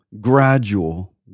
gradual